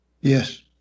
Yes